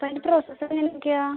അപ്പോൾ അതിൻ്റെ പ്രോസസ്സ് എങ്ങനൊക്കെയാണ്